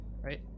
right